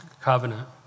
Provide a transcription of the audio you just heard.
covenant